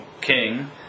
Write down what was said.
King